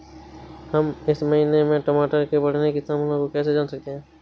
हम इस महीने में टमाटर के बढ़ने की संभावना को कैसे जान सकते हैं?